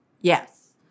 Yes